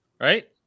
Right